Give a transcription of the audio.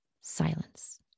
silence